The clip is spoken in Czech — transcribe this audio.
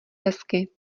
hezky